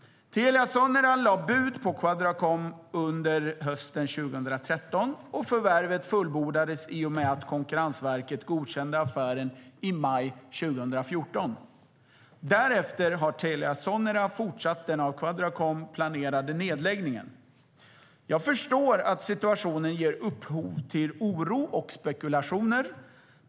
Telia Sonera lade bud på Quadracom under hösten 2013, och förvärvet fullbordades i och med att Konkurrensverket godkände affären i maj 2014. Därefter har Telia Sonera fortsatt den av Quadracom planerade nedläggningen. Jag förstår att situationen ger upphov till oro och spekulationer.